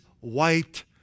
wiped